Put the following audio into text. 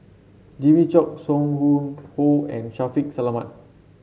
Jimmy Chok Song Hoon Poh and Shaffiq Selamat